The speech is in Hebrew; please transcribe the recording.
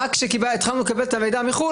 רק כשהתחלנו לקבל את המידע מחו"ל,